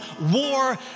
war